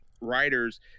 writers